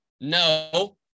No